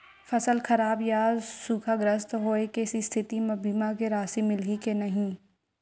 फसल खराब या सूखाग्रस्त होय के स्थिति म बीमा के राशि मिलही के नही?